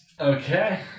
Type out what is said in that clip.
Okay